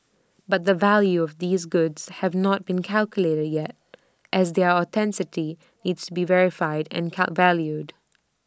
but the value of these goods have not been calculated yet as their authenticity need to be verified and cut valued